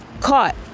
caught